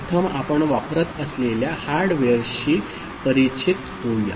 प्रथम आपण वापरत असलेल्या हार्डवेअरशी परिचित होऊया